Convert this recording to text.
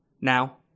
Now